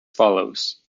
follows